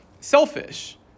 selfish